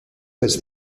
was